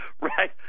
Right